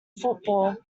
football